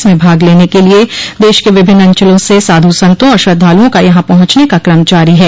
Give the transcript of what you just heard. इसमें भाग लेने के लिये देश के विभिन्न अंचलों से साधू संतों और श्रद्धालुओं का यहां पहुंचने का क्रम जारी है